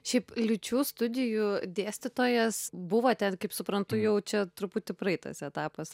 šiaip lyčių studijų dėstytojas buvote kaip suprantu jau čia truputį praeitas etapas